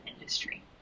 industry